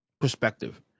Perspective